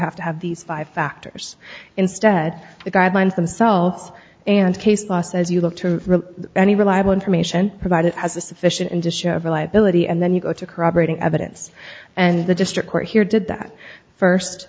have to have these five factors instead the guidelines themselves and case law says you look to any reliable information provided as a sufficient indicia of reliability and then you go to corroborating evidence and the district court here did that first